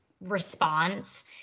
response